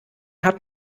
hat